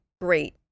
great